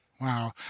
Wow